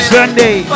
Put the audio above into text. Sunday